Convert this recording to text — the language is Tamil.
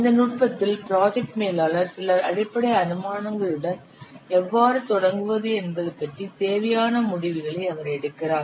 இந்த நுட்பத்தில் ப்ராஜெக்ட் மேலாளர் சில அடிப்படை அனுமானங்களுடன் எவ்வாறு தொடங்குவது என்பது பற்றிய தேவையான முடிவுகளை அவர் எடுக்கிறார்